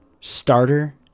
starter